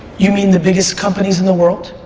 you mean the biggest companies in the world?